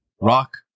rock